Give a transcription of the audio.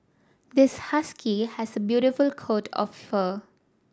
this husky has a beautiful coat of fur